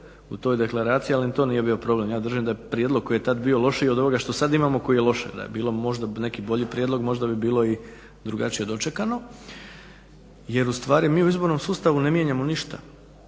u toj deklaraciji, ali to nije bio problem. Ja držim da je prijedlog koji je tad bio lošiji od ovoga što sad imamo koji je loše, da je bilo možda neki bolji prijedlog, možda bi bilo i drugačije dočekano, jer ustvari mi u izbornom sustavu ne mijenjamo ništa,